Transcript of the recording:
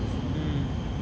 mm